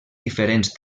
diferents